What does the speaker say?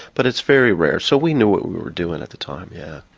but it's very rare. so we knew what we were doing at the time, yeah.